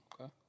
Okay